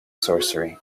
sorcery